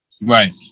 right